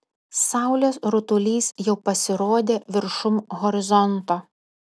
saulės rutulys jau pasirodė viršum horizonto